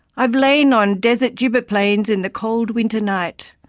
i have lain on desert gibber plains in the cold winter night,